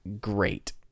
great